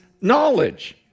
knowledge